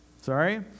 Sorry